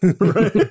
Right